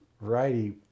variety